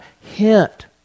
hint